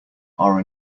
are